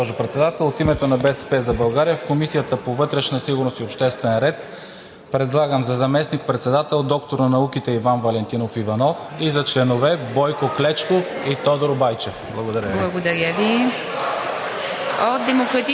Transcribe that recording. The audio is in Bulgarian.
Благодаря, госпожо Председател. От името на „БСП за България“ в Комисията по вътрешна сигурност и обществен ред предлагам за заместник-председател доктор на науките Иван Валентинов Иванов и за членове Бойко Клечков и Тодор Байчев. Благодаря Ви.